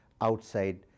outside